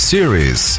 Series